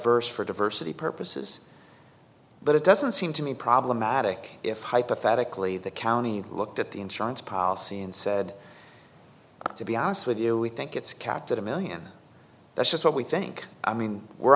erse for diversity purposes but it doesn't seem to me problematic if hypothetically the county looked at the insurance policy and said to be honest with you we think it's kept at a million that's just what we think i mean we're